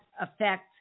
affect